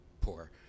poor